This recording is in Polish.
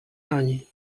ani